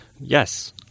Yes